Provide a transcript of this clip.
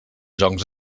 joncs